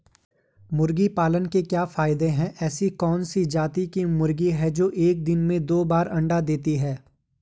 मुर्गी पालन के क्या क्या फायदे हैं ऐसी कौन सी जाती की मुर्गी है जो एक दिन में दो बार अंडा देती है?